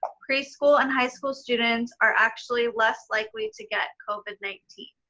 pre-school and high school students are actually less likely to get covid nineteen.